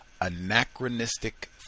anachronistic